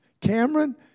Cameron